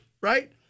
right